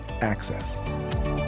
access